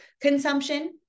consumption